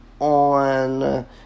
on